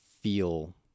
feel